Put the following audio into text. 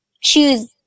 choose